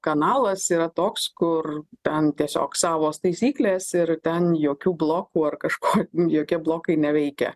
kanalas yra toks kur ten tiesiog savos taisyklės ir ten jokių blokų ar kažko jokie blokai neveikia